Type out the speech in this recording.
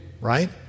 right